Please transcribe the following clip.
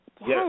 Yes